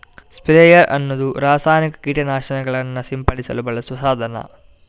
sprayer ಅನ್ನುದು ರಾಸಾಯನಿಕ ಕೀಟ ನಾಶಕಗಳನ್ನ ಸಿಂಪಡಿಸಲು ಬಳಸುವ ಸಾಧನ